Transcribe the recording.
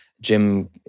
Jim